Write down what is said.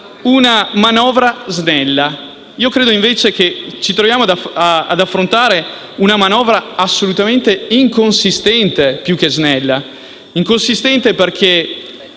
una manovra snella; credo, invece, che ci troviamo ad affrontare una manovra assolutamente inconsistente, più che snella. Infatti,